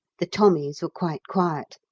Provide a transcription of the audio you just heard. the tommies were quite quiet.